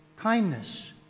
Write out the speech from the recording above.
kindness